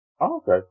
Okay